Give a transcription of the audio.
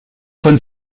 von